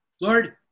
Lord